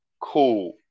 Cool